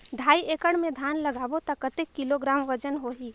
ढाई एकड़ मे धान लगाबो त कतेक किलोग्राम वजन होही?